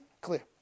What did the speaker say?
Clear